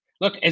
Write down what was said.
look